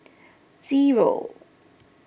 zero